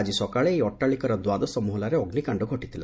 ଆଜି ସକାଳେ ଏହି ଅଟ୍ଟାଳିକାର ଦ୍ୱାଦଶ ମହଲାରେ ଅଗ୍ରିକାଣ୍ଡ ଘଟିଥିଲା